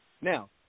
Now